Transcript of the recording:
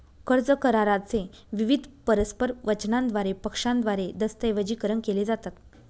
कर्ज करारा चे विविध परस्पर वचनांद्वारे पक्षांद्वारे दस्तऐवजीकरण केले जातात